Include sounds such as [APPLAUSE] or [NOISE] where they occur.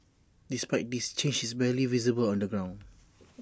despite this change is barely visible on the ground [NOISE]